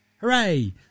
Hooray